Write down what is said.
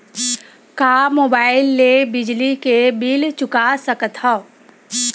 का मुबाइल ले बिजली के बिल चुका सकथव?